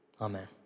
Amen